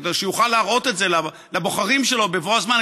כדי שיוכל להראות לבוחרים שלו בבוא הזמן,